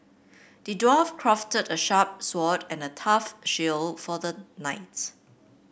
the dwarf crafted a sharp sword and a tough shield for the knight